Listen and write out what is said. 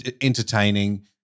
Entertaining